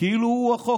כאילו הוא החוק.